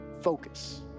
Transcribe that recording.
Focus